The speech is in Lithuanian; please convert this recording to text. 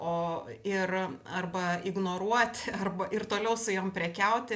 o ir arba ignoruot arba ir toliau su jom prekiauti